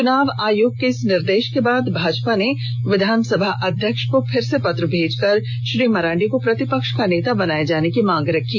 चुनाव आयोग के इस निर्देश के बाद भाजपा ने विधानसभा अध्यक्ष को फिर से पत्र भेज कर श्री मरांडी को प्रतिपक्ष का नेता बनाये जाने की मांग रखी